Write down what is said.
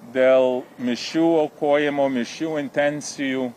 dėl mišių aukojimo mišių intencijų